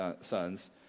sons